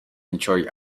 enjoy